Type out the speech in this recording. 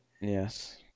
Yes